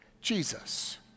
Jesus